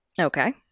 Okay